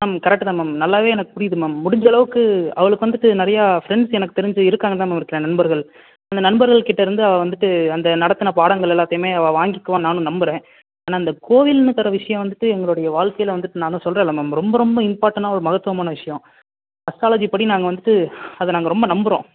ma'am correct தான் ma'am நல்லாவே எனக்கு புரியுது மேம் முடிஞ்சளவுக்கு அவளுக்கு வந்துட்டு நிறையா ஃப்ரெண்ட்ஸ் எனக்கு தெரிஞ்சு இருக்காங்கன்னுதான் மேம் நினைக்கிறேன் நண்பர்கள் அந்த நண்பர்கள் கிட்டேருந்து அவள் வந்துட்டு அந்த நடத்தின பாடங்கள் எல்லாத்தையுமே அவள் வாங்கிக்குவான்னு நானும் நம்புறேன் ஆனால் அந்த கோவில்ங்கிற விஷயம் வந்துட்டு எங்களுடைய வாழ்க்கையில வந்துட்டு நான்தான் சொல்றேன்ல மேம் ரொம்ப ரொம்ப இம்பார்ட்டனா ஒரு மகத்துவமான விஷியம் அஸ்ட்ராலஜிப்படி நாங்க வந்துட்டு அதை நாங்கள் ரொம்ப நம்புகிறோம்